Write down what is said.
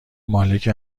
مالک